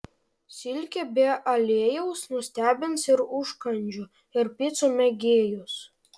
silkė be aliejaus nustebins ir užkandžių ir picų mėgėjus